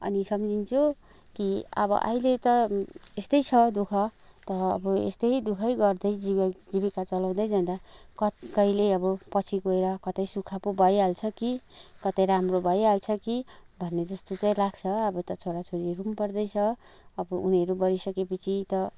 अनि सम्झिन्छु कि अब अहिले त यस्तै छ दुःख त अब यस्तै दुःखै गर्दै जीवि जीविका चलाउँदै जाँदा कत कहिले अब पछि गएर कतै सुख पो भइहाल्छ कि कतै राम्रो भइहाल्छ कि भन्ने जस्तो चाहिँ लाग्छ अब त छोराछोरीहरू पनि बढ्दैछ अब उनीहरू बढिसकेपछि त